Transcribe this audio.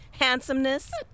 Handsomeness